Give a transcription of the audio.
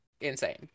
insane